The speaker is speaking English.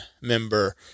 member